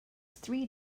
three